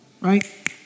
right